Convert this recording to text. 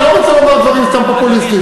אני לא רוצה לומר דברים סתם פופוליסטיים.